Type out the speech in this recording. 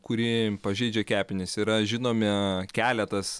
kuri pažeidžia kepenis yra žinomi keletas